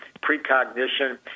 precognition